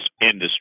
industry